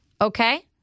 Okay